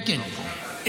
כן, כן.